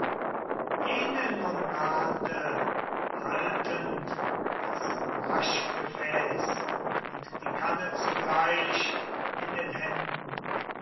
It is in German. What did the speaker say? jene nun nahte haltend das waschgefäß und die kanne zugleich in den händen